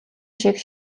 шиг